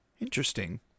Interesting